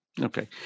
Okay